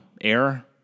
Air